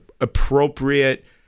appropriate